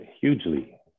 hugely